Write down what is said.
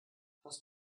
hast